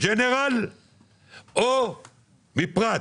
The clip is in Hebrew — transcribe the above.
האם מג'נרל או מפראט.